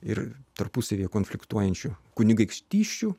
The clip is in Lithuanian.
ir tarpusavyje konfliktuojančių kunigaikštysčių